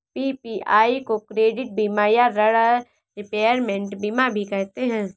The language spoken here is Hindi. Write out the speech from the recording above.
पी.पी.आई को क्रेडिट बीमा या ॠण रिपेयरमेंट बीमा भी कहते हैं